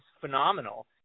phenomenal